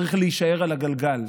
צריך להישאר על הגלגל.